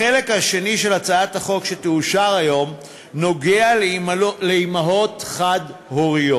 החלק השני של הצעת החוק שתאושר היום נוגע לאימהות חד-הוריות.